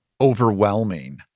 overwhelming